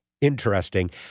interesting